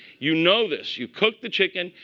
you know this. you cook the chicken.